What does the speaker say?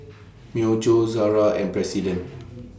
Myojo Zara and President